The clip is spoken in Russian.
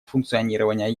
функционирования